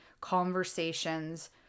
conversations